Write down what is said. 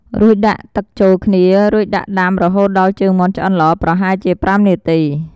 រួចដាក់ទឹកចូលគ្នារួចដាក់ដាំរហូតដល់ជើងមាន់ឆ្អឹនល្អ ប្រហែលជា ៥ នាទី។